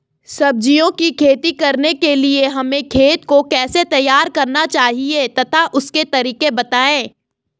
सब्जियों की खेती करने के लिए हमें खेत को कैसे तैयार करना चाहिए तथा उसके तरीके बताएं?